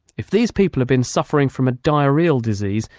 if these people had been suffering from a diarrhoeal disease,